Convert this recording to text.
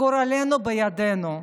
גורלנו בידינו,